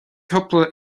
cúpla